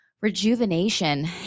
rejuvenation